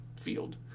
field